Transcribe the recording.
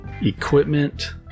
equipment